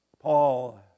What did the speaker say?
Paul